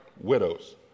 widows